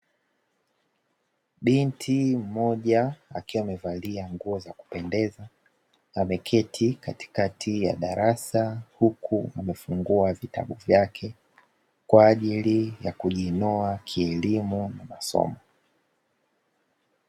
Binti mmoja akiwa amevalia nguo za kupendeza, ameketi katikati ya darasa, huku amefungua vitabu vyake kwa ajili ya kujinoa kielimu na kimasomo.